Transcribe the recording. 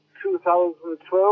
2012